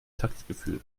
taktgefühl